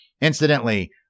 Incidentally